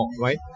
right